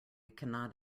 cannot